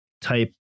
type